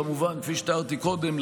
וכפי שתיארתי קודם,